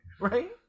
right